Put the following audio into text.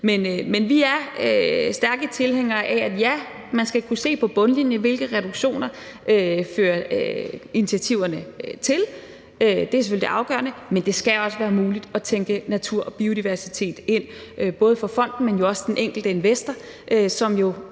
Vi er stærke tilhængere af, at man skal kunne se på bundlinjen, hvilke reduktioner initiativerne fører til – det er selvfølgelig det afgørende – men det skal også være muligt at tænke natur og biodiversitet ind, både for fonden, men jo også for den enkelte investor, som